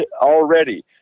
already